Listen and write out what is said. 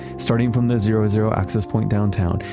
starting from the zero-zero access point downtown,